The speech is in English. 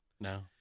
No